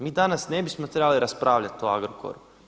Mi danas ne bismo trebali raspravljati o Agrokoru.